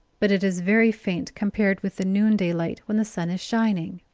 but it is very faint compared with the noonday light when the sun is shining.